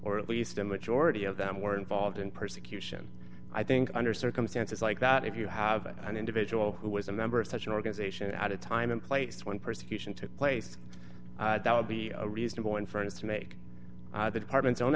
or at least a majority of them were involved in persecution i think under circumstances like that if you have an individual who was a member of such organization at a time in place when persecution took place that would be a reasonable inference to make the department's own